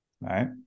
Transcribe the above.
right